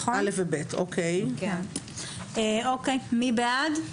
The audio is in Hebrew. אוקיי, מי בעד?